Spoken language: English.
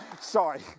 Sorry